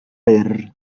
byr